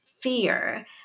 fear